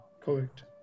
Correct